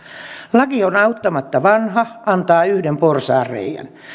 laki on auttamatta vanha antaa yhden porsaanreiän